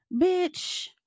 Bitch